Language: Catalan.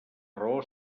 raó